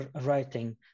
writing